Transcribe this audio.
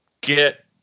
get